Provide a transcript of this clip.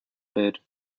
bid